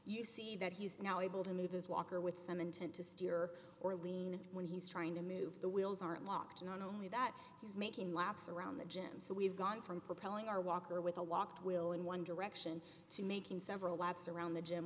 you see that he's now able to move his walker with some intent to steer or lean when he's trying to move the wheels aren't locked in on only that he's making laps around the gym so we've gone from propelling our walker with a locked will in one direction to making several laps around the gym